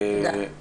תודה.